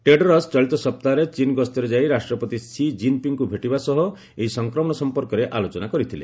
Tedros ଚଳିତ ସପ୍ତାହରେ ଚୀନ ଗସ୍ତରେ ଯାଇ ରାଷ୍ଟ୍ରପତି ସି ଜିନ୍ପିଙ୍ଗ୍ଙ୍କୁ ଭେଟିବା ସହ ଏହି ସଂକ୍ମଣ ସଂପର୍କରେ ଆଲୋଚନା କରିଥିଲେ